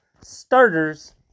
starters